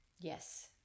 Yes